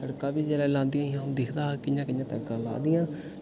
तड़का बी जेल्लै लांदियां हियां अ'ऊं दिखदा हा कि'यां कि'यां तड़का ला दियां